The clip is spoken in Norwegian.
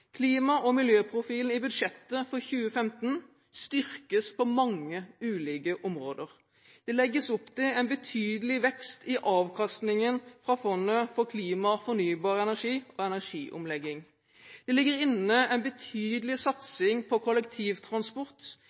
Klima- og miljøprofilen i budsjettet for 2015 styrkes på mange ulike områder. Det legges opp til en betydelig vekst i avkastningen fra Fondet for klima, fornybar energi og energiomlegging. Det ligger inne en betydelig satsing på kollektivtransport,